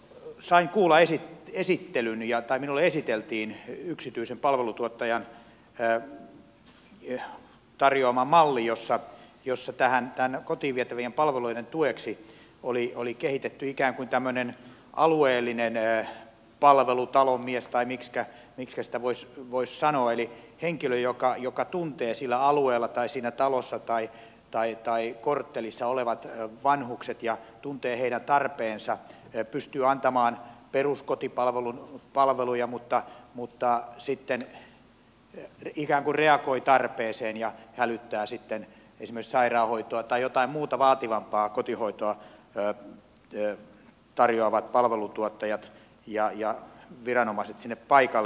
sain kuulla esittelyn tai minulle esiteltiin yksityisen palveluntuottajan tarjoama malli jossa tähän kotiin vietävien palveluiden tueksi oli kehitetty ikään kuin tämmöinen alueellinen palvelutalonmies tai miksikä sitä voisi sanoa eli henkilö joka tuntee sillä alueella tai siinä talossa tai korttelissa olevat vanhukset ja tuntee heidän tarpeensa pystyy antamaan peruskotipalveluja mutta sitten ikään kuin reagoi tarpeeseen ja hälyttää sitten esimerkiksi sairaanhoitoa tai jotain muuta vaativampaa kotihoitoa tarjoavat palveluntuottajat ja viranomaiset sinne paikalle